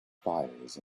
fires